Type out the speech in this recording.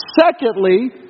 Secondly